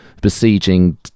besieging